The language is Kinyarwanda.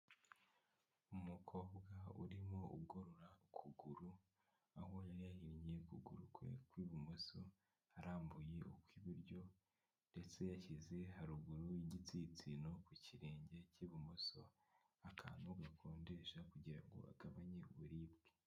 Umukobwa urimo ugorora ukuguru, aho yari yahinnye ukuguru kwe kw'ibumoso, arambuye ukw'iburyo ndetse yashyize haruguru y' igitsinsino ku kirenge cy'ibumoso, akantu gakonjesha kugira ngo agabanye uburibwe.